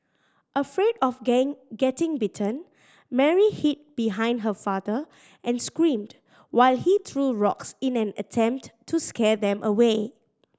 afraid of gain getting bitten Mary hid behind her father and screamed while he threw rocks in an attempt to scare them away